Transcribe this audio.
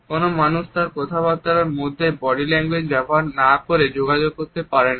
কোন মানুষ তার কথাবার্তার মধ্যে বডি ল্যাঙ্গুয়েজ ব্যবহার না করে যোগাযোগ করতে পারে না